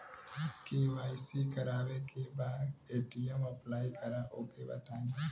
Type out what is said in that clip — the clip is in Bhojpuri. के.वाइ.सी करावे के बा ए.टी.एम अप्लाई करा ओके बताई?